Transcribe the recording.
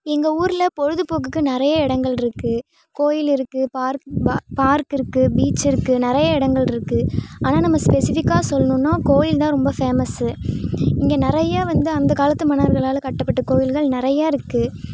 எங்கள் ஊரில் பொழுதுபோக்குக்கு நிறையா இடங்கள் இருக்குது கோயில் இருக்கு பார்க் ப பார்க் இருக்குது பீச் இருக்குது நிறையா இடங்கள் இருக்குது ஆனால் நம்ம ஸ்பெசிஃபிக்காக சொல்லணுன்னா கோயில்தான் ரொம்ப ஃபேமஸ் இங்கே நிறையா வந்து அந்த காலத்து மன்னர்களால் கட்டப்பட்ட கோயில்கள் நிறையா இருக்குது